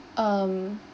um